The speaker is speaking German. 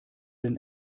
den